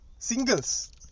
Singles